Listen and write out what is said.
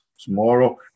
Tomorrow